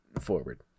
forward